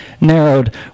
narrowed